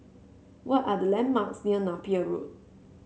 what are the landmarks near Napier Road